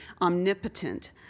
omnipotent